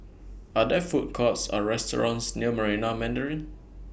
Are There Food Courts Or restaurants near Marina Mandarin